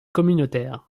communautaire